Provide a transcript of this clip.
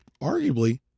arguably